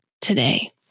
today